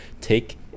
take